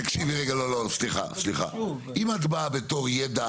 תקשיבי רגע לא לא סליחה סליחה, אם את באה בתור ידע